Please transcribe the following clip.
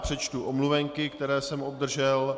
Přečtu omluvenky, které jsem obdržel.